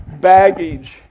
baggage